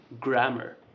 grammar